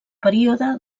període